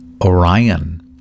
Orion